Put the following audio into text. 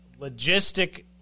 logistic